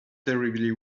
terribly